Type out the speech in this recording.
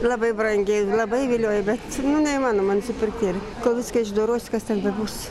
labai brangi labai vilioja bet neįmanoma nusipirkt nėr kol viską išdorosi kas ten bebus